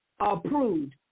approved